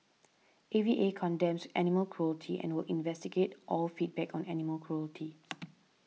A V A condemns animal cruelty and will investigate all feedback on animal cruelty